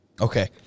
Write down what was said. Okay